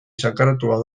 sakratua